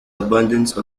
abundance